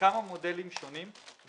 בכמה מודלים שונים,